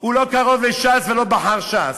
הוא לא קרוב לש"ס ולא בחר ש"ס,